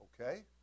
okay